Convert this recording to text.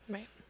Right